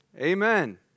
Amen